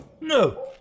No